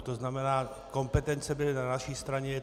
To znamená, kompetence byly na naší straně.